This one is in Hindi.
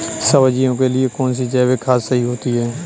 सब्जियों के लिए कौन सी जैविक खाद सही होती है?